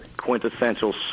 quintessential